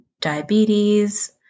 diabetes